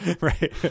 Right